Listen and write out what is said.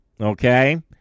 okay